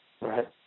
Right